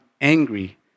angry